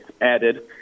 added